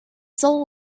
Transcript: soul